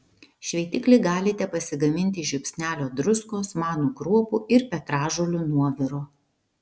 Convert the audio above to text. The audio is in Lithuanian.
šveitiklį galite pasigaminti iš žiupsnelio druskos manų kruopų ir petražolių nuoviro